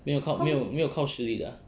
没有靠没有靠实力的 ah